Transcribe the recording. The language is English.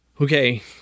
Okay